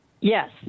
Yes